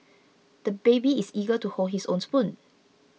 the baby is eager to hold his own spoon